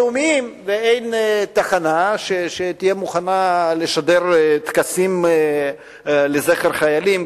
שיש דברים לאומיים ואין תחנה שתהיה מוכנה לשדר טקסים לזכר חיילים,